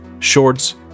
shorts